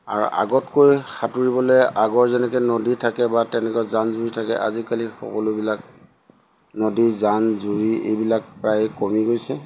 আৰু আগতকৈ সাঁতুৰিবলৈ আগৰ যেনেকৈ নদী থাকে বা তেনেকুৱা জান জুৰি থাকে আজিকালি সকলোবিলাক নদী জান জুৰি এইবিলাক প্ৰায়ে কমি গৈছে